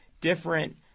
different